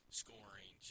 scoring